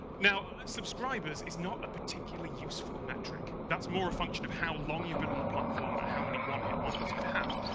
now, subscribers is not a particularly useful metric. that's more a function of how long you've been on the platform and how many one-hit wonders you've had.